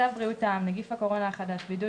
תיקון תקנה בצו בריאות העם (נגיף הקורונה החדש) (בידוד